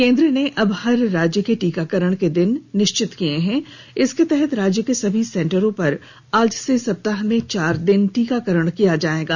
केन्द्र ने अब हर राज्य के टीकाकरण के दिन निश्चित किए हैं इसके तहत राज्य के सभी सेंटरों पर आज से सप्ताह में चार दिन टीकाकरण किया जाएगा